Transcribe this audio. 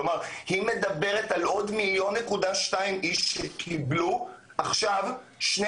כלומר היא מדברת על עוד 1.2 מיליון איש שקיבל עכשיו שני